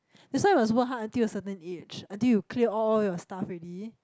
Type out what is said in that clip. that's why you must work hard until a certain age until you clear all your stuff already